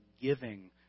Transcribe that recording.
giving